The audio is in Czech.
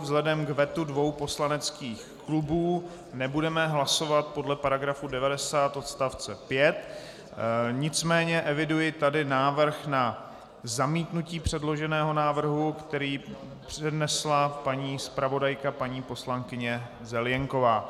Vzhledem k vetu dvou poslaneckých klubů nebudeme hlasovat podle § 90 odst. 5, nicméně eviduji tady návrh na zamítnutí předloženého návrhu, který přednesla paní zpravodajka paní poslankyně Zelienková.